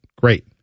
great